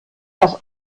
das